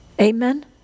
Amen